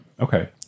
okay